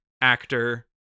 actor